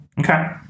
Okay